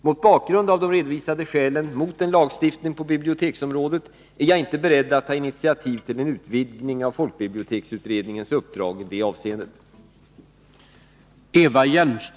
Mot bakgrund av de redovisade skälen mot en lagstiftning på biblioteksområdet är jag inte beredd att ta initiativ till en utvidgning av folkbiblioteksutredningens uppdrag i det avseendet.